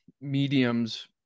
mediums